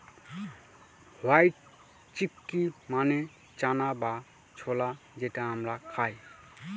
white chickpea মানে চানা বা ছোলা যেটা আমরা খায়